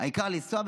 העיקר לנסוע,